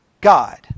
God